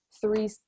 three